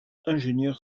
ingénieur